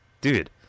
Dude